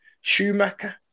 Schumacher